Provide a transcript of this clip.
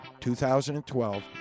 2012